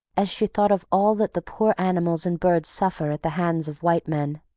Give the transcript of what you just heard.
as she thought of all that the poor animals and birds suffer at the hands of white men.